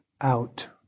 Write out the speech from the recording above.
out